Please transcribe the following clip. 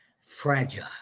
fragile